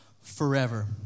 Forever